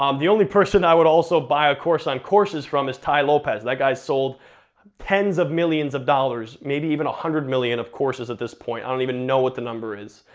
um the only person i would also buy a course on courses from is tai lopez, that guy's sold tens of millions of dollars, maybe even one hundred million of courses at this point, i don't even know what the number is,